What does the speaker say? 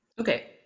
Okay